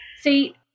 See